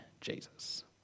Jesus